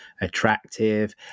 attractive